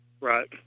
Right